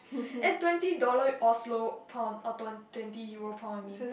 and twenty dollar Oslow pound ah twen~ twenty Euro pound I mean